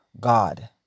God